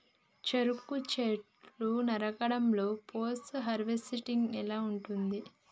చెరుకు చెట్లు నరకడం లో పోస్ట్ హార్వెస్టింగ్ ఎలా ఉంటది?